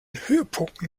höhepunkten